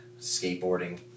Skateboarding